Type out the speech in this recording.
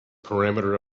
parameter